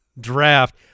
draft